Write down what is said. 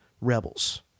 rebels